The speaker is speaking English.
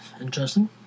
Interesting